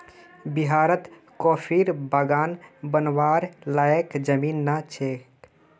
बिहारत कॉफीर बागान बनव्वार लयैक जमीन नइ छोक